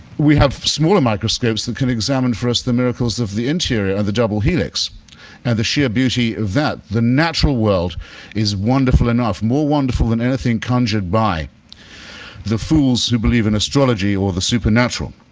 we have smaller microscopes that can examine for us the miracles of the interior of the double helix and the sheer beauty of that. the natural world is wonderful enough, more wonderful than anything conjured by the fools who believe in astrology or the supernatural.